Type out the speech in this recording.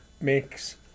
makes